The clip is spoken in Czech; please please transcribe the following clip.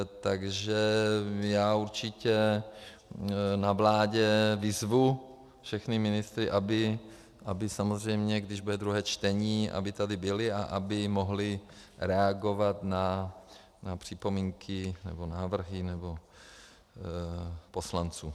Takže já určitě na vládě vyzvu všechny ministry, aby samozřejmě, když bude druhé čtení, aby tady byli a aby mohli reagovat na připomínky nebo návrhy poslanců